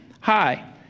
Hi